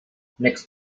next